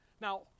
Now